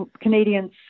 Canadians